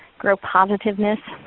grow positiveness.